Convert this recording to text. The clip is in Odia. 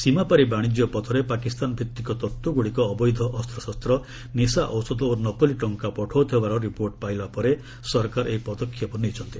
ସୀମାପାରି ବାଣିଜ୍ୟ ପଥରେ ପାକିସ୍ତାନ ଭିତ୍ତିକ ତତ୍ତ୍ୱଗୁଡ଼ିକ ଅବୈଧ ଅସ୍ତ୍ରଶସ୍ତ୍ର ନିଶା ଔଷଧ ଓ ନକଲି ଟଙ୍କା ପଠାଉଥିବାର ରିପୋର୍ଟ ପାଇଲା ପରେ ସରକାର ଏହି ପଦକ୍ଷେପ ନେଇଛନ୍ତି